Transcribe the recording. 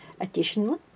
Additionally